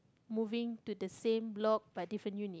moving to the same block but different unit